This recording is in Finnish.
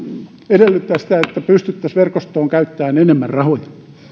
edellyttää sitä että pystyttäisiin verkostoon käyttämään enemmän rahoja